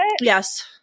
Yes